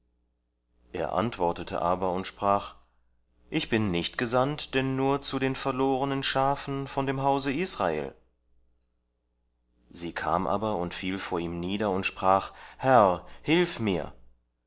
er antwortete aber und sprach ich bin nicht gesandt denn nur zu den verlorenen schafen von dem hause israel sie kam aber und fiel vor ihm nieder und sprach herr hilf mir